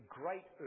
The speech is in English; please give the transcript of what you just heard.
great